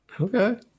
Okay